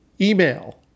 email